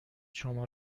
شما